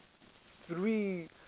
three